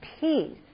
peace